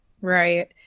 Right